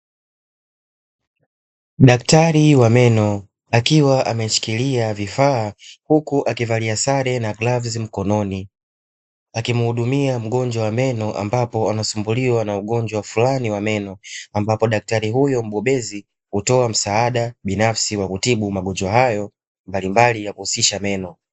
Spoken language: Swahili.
Daktari wa meno, akiwa ameshikilia vifaa huku akivalia sare na glavu mkononi, akimhudumia mgonjwa wa meno ambapo anasumbuliwa na ugonjwa fulani wa meno. Ambapo daktari huyo mbobezi hutoa msaada binafsi wa kutibu magonjwa hayo mbalimbali ya kuhusisha meno.